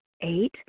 Eight